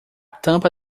tampa